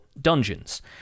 dungeons